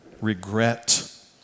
regret